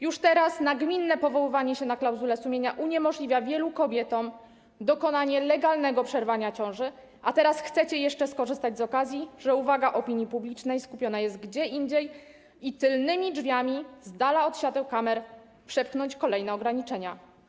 Już teraz nagminne powoływanie się na klauzulę sumienia uniemożliwia wielu kobietom dokonanie legalnego przerwania ciąży, a teraz chcecie jeszcze skorzystać z okazji, że uwaga opinii publicznej skupiona jest gdzie indziej, i tylnymi drzwiami, z dala od świateł kamer przepchnąć kolejne ograniczenia.